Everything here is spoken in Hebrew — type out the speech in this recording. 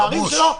בערים שלו -- חמוש.